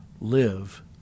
live